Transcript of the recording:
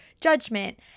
judgment